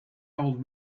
old